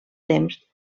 temps